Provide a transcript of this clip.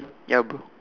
ya bro